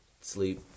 sleep